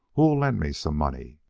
who'll lend me some money?